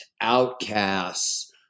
outcasts